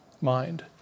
mind